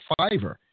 Fiverr